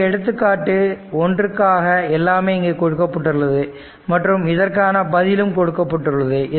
இந்த எடுத்துக்காட்டு ஒன்றுக்காக எல்லாமே இங்கே கொடுக்கப்பட்டுள்ளது மற்றும் இதற்கான பதிலும் கொடுக்கப்பட்டுள்ளது